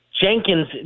Jenkins –